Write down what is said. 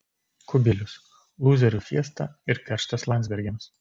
kubilius lūzerių fiesta ir kerštas landsbergiams